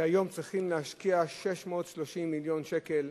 שהיום צריכים להשקיע 630 מיליון שקל,